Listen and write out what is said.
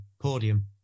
Podium